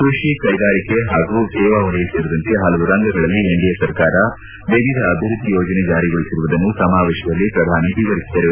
ಕೃಷಿ ಕೈಗಾರಿಕೆ ಪಾಗೂ ಸೇವಾ ವಲಯ ಸೇರಿದಂತೆ ಪಲವು ರಂಗಗಳಲ್ಲಿ ಎನ್ಡಿಎ ಸರ್ಕಾರ ವಿವಿಧ ಅಭಿವ್ಯದ್ದಿ ಯೋಜನೆ ಜಾರಿಗೊಳಿಸಿರುವುದನ್ನು ಸಮಾವೇಶದಲ್ಲಿ ಪ್ರಧಾನಿ ವಿವರಿಸಿದರು